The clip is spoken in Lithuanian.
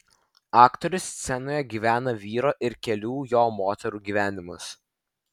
aktorius scenoje gyvena vyro ir kelių jo moterų gyvenimus